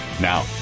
Now